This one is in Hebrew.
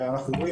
למשל,